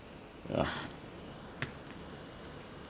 uh